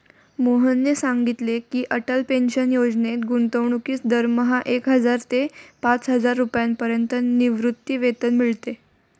मोहनने सांगितले की, अटल पेन्शन योजनेत गुंतवणूकीस दरमहा एक हजार ते पाचहजार रुपयांपर्यंत निवृत्तीवेतन मिळते